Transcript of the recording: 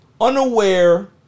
Unaware